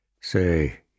Say